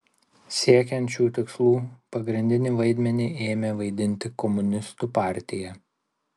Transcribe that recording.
siekiant šių tikslų pagrindinį vaidmenį ėmė vaidinti komunistų partija